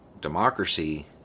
democracy